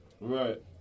Right